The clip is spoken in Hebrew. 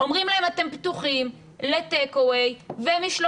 אומרים להם שהם פתוחים לטייק אוויי ומשלוחים,